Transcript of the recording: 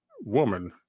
woman